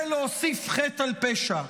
זה להוסיף חטא על פשע.